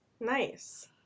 Nice